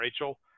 rachel